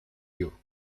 you